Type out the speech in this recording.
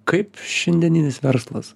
kaip šiandieninis verslas